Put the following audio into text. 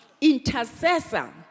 intercessor